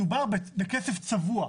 מדובר בכסף צבוע,